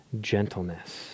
gentleness